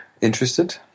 interested